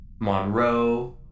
Monroe